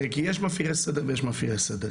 יש מפירי סדר ויש מפירי סדר,